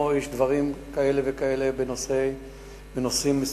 פה יש דברים כאלה וכאלה בנושאים מסוימים,